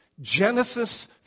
Genesis